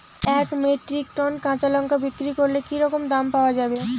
এক metric ton কাঁচা লঙ্কা বিক্রি করলে কি রকম দাম পাওয়া যাবে?